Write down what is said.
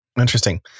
Interesting